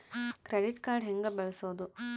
Credit card ಹೆಂಗ ಬಳಸೋದು?